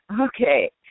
Okay